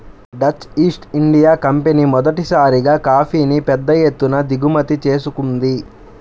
Dutch East India company మొదటిసారిగా కాఫీని పెద్ద ఎత్తున దిగుమతి చేసుకుంది